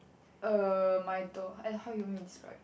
uh my door eh how you want me to describe